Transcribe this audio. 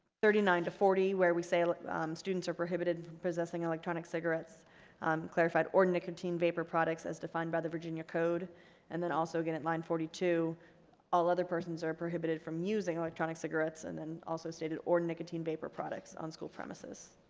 thirty nine to forty where we say like students are prohibited possessing electronic cigarettes clarified ordinate to contain vapor products as defined by the virginia code and then also again at line forty two all other persons are prohibited from using electronic cigarettes and then also stated or nicotine vapor products on school premises